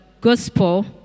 gospel